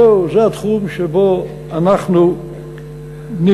זהו, זה התחום שבו אנחנו נמצאים.